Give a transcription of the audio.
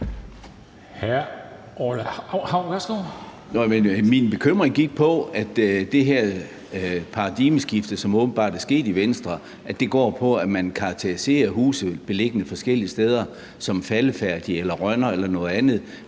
Min bekymring gik på, at det her paradigmeskifte, som åbenbart er sket i Venstre, går på, at man karakteriserer huse beliggende forskellige steder som faldefærdige eller rønner eller noget andet,